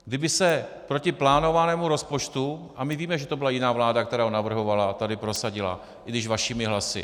Kdyby se proti plánovanému rozpočtu a my víme, že to byla jiná vláda, která ho navrhovala, tady prosadila, i když vašimi hlasy.